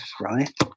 right